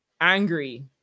Angry